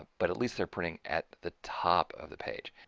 but at least they're printing at the top of the page.